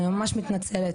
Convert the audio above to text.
אני ממש מתנצלת,